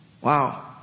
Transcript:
Wow